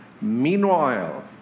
Meanwhile